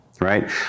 right